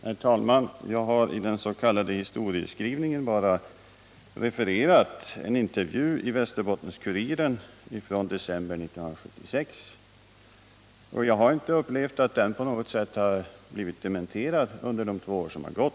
Herr talman! Jag har i den s.k. historieskrivningen bara refererat en intervju i Västerbottens-Kuriren i december 1976. Jag har inte upplevt att den intervjun på något sätt har blivit dementerad under de två år som sedan gått.